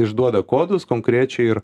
išduoda kodus konkrečiai ir